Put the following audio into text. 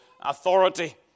authority